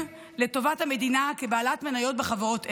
לטובת המדינה כבעלת מניות בחברות אלו.